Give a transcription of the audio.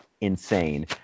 insane